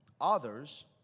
Others